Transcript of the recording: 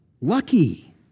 lucky